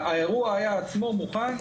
האירוע עצמו מוכן.